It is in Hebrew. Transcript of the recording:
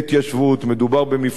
מדובר במפעל חשוב,